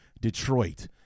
Detroit